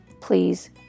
please